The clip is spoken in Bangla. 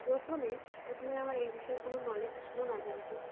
প্রথমে প্রথমে আমার এই বিষয়ে কোনো নলেজ ছিল না যেহেতু